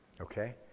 Okay